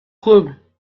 clube